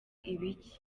ibiki